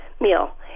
meal